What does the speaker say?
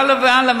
והלאה והלאה,